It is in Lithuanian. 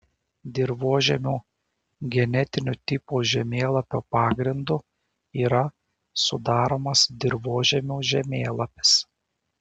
dirvožemių genetinių tipų žemėlapio pagrindu yra sudaromas dirvožemių žemėlapis